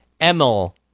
Emil